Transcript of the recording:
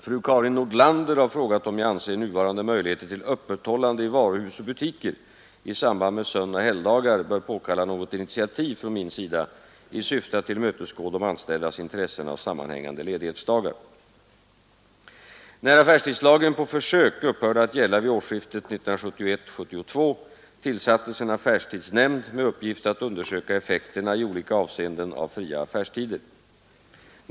Fru Karin Nordlander har frågat om jag anser nuvarande möjligheter till öppethållande i varuhus och butiker i samband med sönoch helgdagar bör påkalla något initiativ från min sida i syfte att tillmötesgå de anställdas intressen av sammanhängande ledighetsdagar. När affärstidslagen på försök upphörde att gälla vid årsskiftet 1971-1972 tillsattes en affärstidsnämnd med uppgift att undersöka effekterna i olika avseenden av fria affärstider.